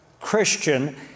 Christian